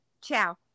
Ciao